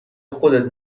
خودت